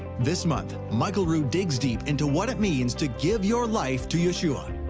this month, michael rood digs deep into what it means to give your life to yeshua.